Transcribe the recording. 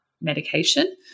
medication